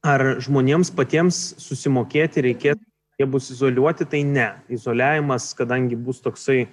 ar žmonėms patiems susimokėti reikė jie bus izoliuoti tai ne izoliavimas kadangi bus toksai